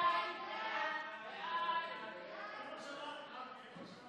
הודעת הממשלה על העברת סמכויות מראש הממשלה